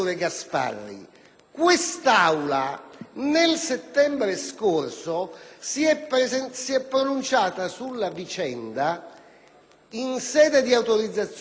Quest'Aula nel settembre scorso si è pronunciata sulla vicenda in sede di autorizzazioni a procedere.